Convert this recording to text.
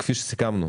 כפי שסיכמנו,